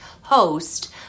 host